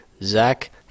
Zach